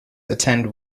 attend